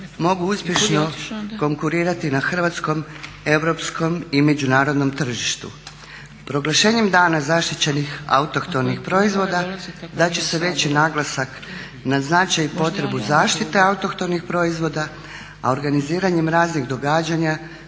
mogu uspješno konkurirati na hrvatskom, europskom i međunarodnom tržištu. Proglašenjem Dana zaštićenih autohtonih proizvoda dat će se veći naglasak na značaj i potrebu zaštite autohtonih proizvoda, a organiziranjem raznih događanja